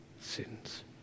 sins